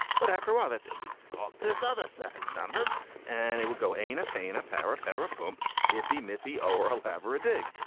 but after all, that's it. we've got this other set of numbers and it would go aina pain a power petrol pump if timothy or i'll have a dig.